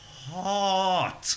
hot